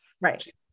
Right